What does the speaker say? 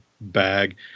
bag